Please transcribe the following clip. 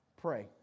Pray